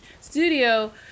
studio